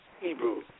Hebrew